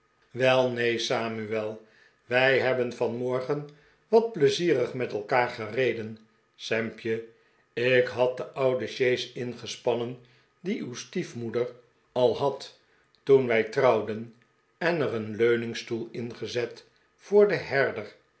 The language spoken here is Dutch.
neen samuel wij hebben vanmorgen wat pleizierig met elkaar gereden sampje ik had de oude sjees ingespannen die uw stiefmoeder al had toen wij trouwden en er een leuningstoel ingezet voor den herder